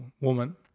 woman